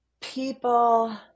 people